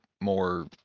more